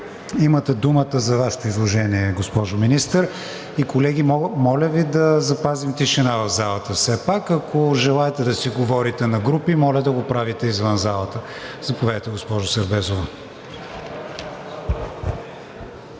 имате думата за Вашето изложение. Колеги, моля Ви да запазим тишина в залата все пак. Ако желаете да си говорите на групи, моля да го правите извън залата. Заповядайте, госпожо Сербезова.